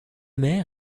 mer